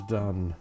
done